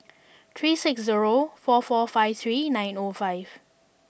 three six zero four four five three nine O five